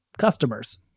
customers